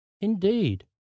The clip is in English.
indeed